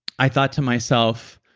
i thought to myself,